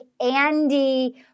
Andy